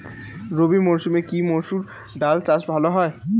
রবি মরসুমে কি মসুর ডাল চাষ ভালো হয়?